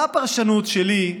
מה הפרשנות שלי,